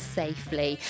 safely